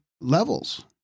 levels